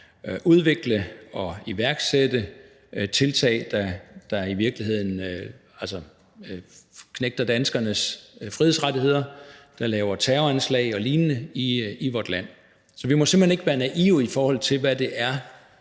udvikle og iværksætte tiltag, der i virkeligheden knægter danskernes frihedsrettigheder, og som laver terroranslag og lignende i vort land. Så vi må simpelt hen ikke være naive, i forhold til hvad nogle